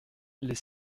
les